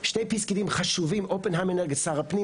שני פסקי דין חשובים אופנהיימר שר הפנים